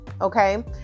Okay